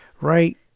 right